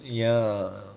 ya